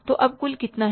तो अब कुल कितना है